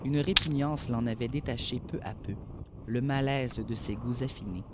une répugnance l'en avait détaché peu à peu le malaise de ses goûts affinés